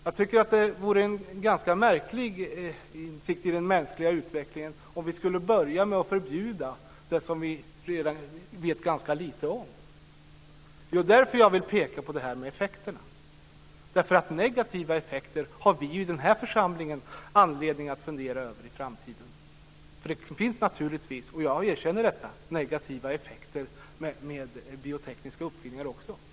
Jag tycker att det vore ett ganska märkligt steg i den mänskliga utvecklingen om vi skulle börja med att förbjuda det som vi ännu vet ganska lite om. Det är därför jag vill peka på effekterna. Negativa effekter har vi i den här församlingen anledning att fundera över i framtiden. Det finns naturligtvis, jag erkänner det, negativa effekter även av biotekniska uppfinningar.